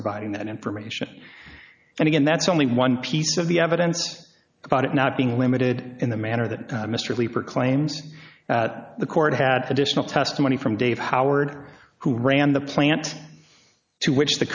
providing that information and again that's only one piece of the evidence about it not being limited in the manner that mr leeper claims that the court had additional testimony from dave howard who ran the plant to which the